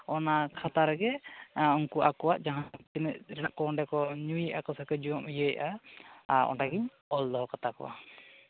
ᱚᱱᱟ ᱠᱷᱟᱛᱟ ᱨᱮᱜᱮ ᱩᱱᱠᱩ ᱟᱠᱚᱣᱟᱜ ᱡᱟᱦᱟᱸ ᱛᱤᱱᱟᱹᱜ ᱚᱸᱰᱮ ᱠᱚ ᱧᱩᱭᱮᱫᱟ ᱠᱚ ᱥᱮᱠᱚ ᱤᱭᱟᱹᱭᱮᱫᱼᱟ ᱟᱨ ᱚᱸᱰᱮ ᱜᱤᱧ ᱚᱞ ᱫᱚᱦᱚ ᱠᱟᱛᱟ ᱠᱚᱣᱟ